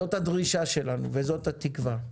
זאת הדרישה שלנו וזאת התקווה.